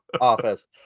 office